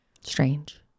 strange